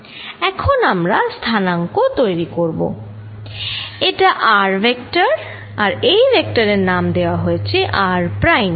এখন আমরা স্থানাঙ্ক তৈরি করব এটা r ভেক্টর এবং এই ভেক্টর এর নাম দেওয়া হয়েছে r প্রাইম